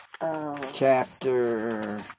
Chapter